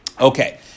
Okay